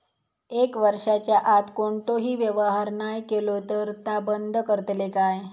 एक वर्षाच्या आत कोणतोही व्यवहार नाय केलो तर ता बंद करतले काय?